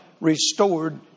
restored